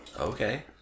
Okay